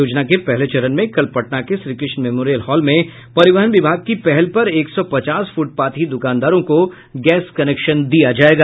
योजना के पहले चरण में कल पटना के श्रीकृष्ण मेमोरियल हॉल में परिवहन विभाग की पहल पर एक सौ पचास फुटपाथी दुकानदारों को गैस कनेक्शन दिया जायेगा